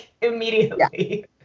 immediately